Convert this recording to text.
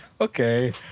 Okay